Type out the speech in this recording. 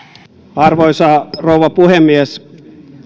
arvoisa rouva puhemies